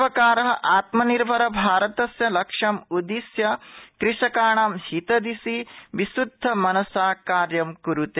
सर्वकार आत्मनिर्भरभारतस्य लक्ष्यमुद्दिश्य कृषकाणाम् हितदिशि विशुद्धमनसा कार्यं कुरूते